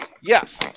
Yes